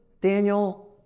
Daniel